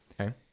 Okay